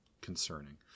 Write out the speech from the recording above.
concerning